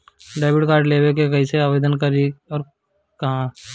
Debit card लेवे के बा कइसे आवेदन करी अउर कहाँ?